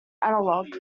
analog